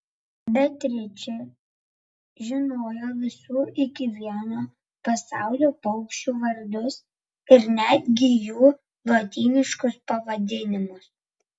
beatričė žinojo visų iki vieno pasaulio paukščių vardus ir netgi jų lotyniškus pavadinimus